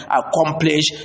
accomplish